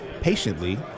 patiently